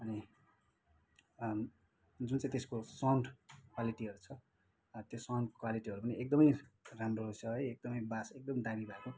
अनि जुन चाहिँ त्यसको साउन्ड क्वालिटीहरू छ त्यो साउन्डको क्वालिटीहरू पनि एकदमै राम्रो रहेछ है एकदमे बास एकदमै दामी भएको